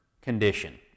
condition